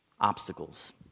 obstacles